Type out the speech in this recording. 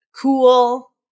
cool